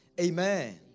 Amen